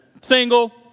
single